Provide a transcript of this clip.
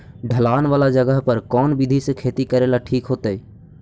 ढलान वाला जगह पर कौन विधी से खेती करेला ठिक होतइ?